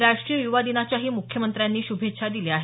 राष्ट्रीय युवा दिनाच्याही मुख्यमंत्र्यांनी शुभेच्छा दिल्या आहेत